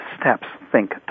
steps—think